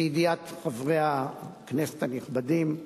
לידיעת חברי הכנסת הנכבדים,